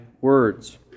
words